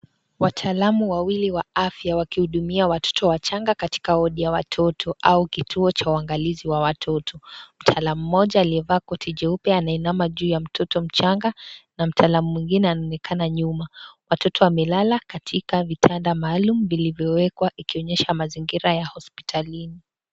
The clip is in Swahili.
wataalamu wawili wa afya wakihudumia watoto wachanga katika wodi ya watoto au kituo cha uangalizi ya watoto. Mtaalamu mmoja aliyevaa koti jeupe anainama juu ya mtoto mchanga na mtaalamu mwingine anaonekana nyuma. Watoto wamelala katika vitanda maalum vilivyo wekwa ikionyesha mazingira ya hospitalini.